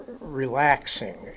relaxing